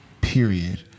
period